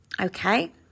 Okay